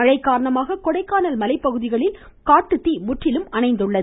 மழை காரணமாக கொடைக்கானல் மலைப்பகுதிகளில் காட்டுத்தீ முற்றிலும் அணைந்துள்ளது